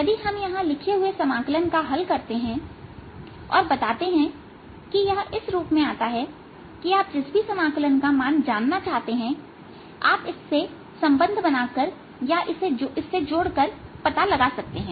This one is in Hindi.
यदि हम यहां लिखे हुए समाकलन का हल करते हैं और बताते हैं कि यह इस रूप में आता है कि आप जिस भी समाकलन का मान जानना चाहते हैंआप इससे जोड़ कर निकाल सकते हैं